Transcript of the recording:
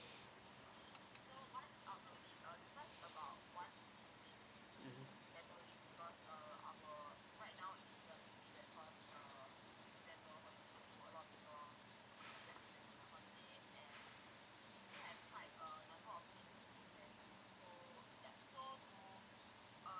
mmhmm